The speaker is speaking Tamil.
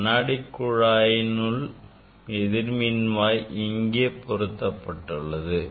கண்ணாடி குழாயினுள் எதிர்மின்வாய் இங்கே பொருத்தப்பட்டுள்ளது